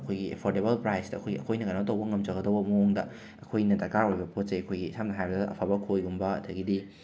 ꯑꯩꯈꯣꯏꯒꯤ ꯑꯦꯐꯣꯔꯗꯦꯕꯜ ꯄ꯭ꯔꯥꯏꯁꯇ ꯑꯩꯈꯣꯏ ꯑꯩꯈꯣꯏꯅ ꯀꯦꯅꯣ ꯇꯧꯕ ꯉꯝꯖꯒꯗꯧꯕ ꯃꯑꯣꯡꯗ ꯑꯩꯈꯣꯏꯅ ꯗꯔꯀꯥꯔ ꯑꯣꯏꯕ ꯄꯣꯠ ꯆꯩ ꯑꯩꯈꯣꯏꯒꯤ ꯁꯝꯅ ꯍꯥꯏꯔꯕꯗ ꯑꯐꯕ ꯈꯣꯏꯒꯨꯝꯕ ꯑꯗꯒꯤꯗꯤ